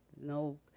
No